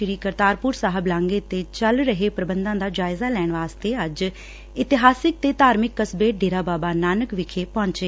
ਸ਼ੀ ਕਰਤਾਰਪੁਰ ਸਾਹਿਬ ਲਾਂਘੇ ਦੇ ਚੱਲ ਰਹੇ ਪ੍ਰਬੰਧਾਂ ਦਾ ਜਾਇਜਾ ਲੈਣ ਵਾਸਤੇ ਅੱਜ ਇਤਿਹਾਸਕ ਤੇ ਧਾਰਮਿਕ ਕਸਬੇ ਡੇਰਾ ਬਾਬਾ ਨਾਨਕ ਵਿਖੇ ਪਹੁੰਚੇ